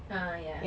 ah ya